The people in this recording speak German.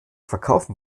verkaufen